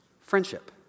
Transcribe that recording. Friendship